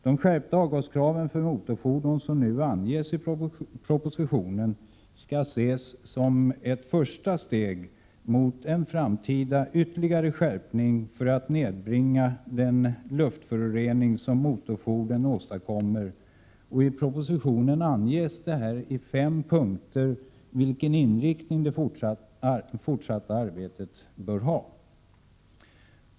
De skärpta avgaskrav för motorfordon som nu anges i propositionen skall ses som ett första steg mot en framtida ytterligare skärpning för att nedbringa den luftförorening som motorfordonen åstadkommer. I propositionen anges i fem punkter vilken inriktning det fortsatta arbetet bör ha.